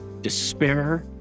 despair